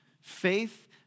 Faith